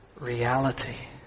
reality